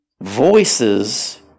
Voices